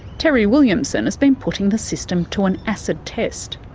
terry williamson has been putting the system to an acid test.